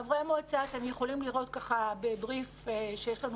בין חברי המועצה אתם יכולים לראות שיש לנו